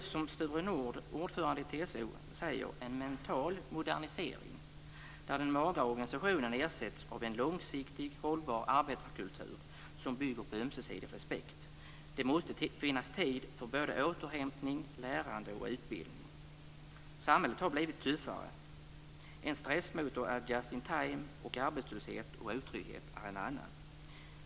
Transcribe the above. Som Sture Nordh, ordförande i TCO, säger behövs det en mental modernisering där den magra organisationen ersätts av en långsiktigt hållbar arbetarkultur som bygger på en ömsesidig respekt. Det måste finnas tid för såväl återhämtning som lärande och utbildning. Samhället har blivit tuffare. En stressmotor är detta med just in time. Arbetslöshet och otrygghet är en annan.